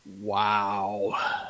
Wow